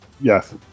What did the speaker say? Yes